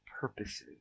purposes